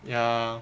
ya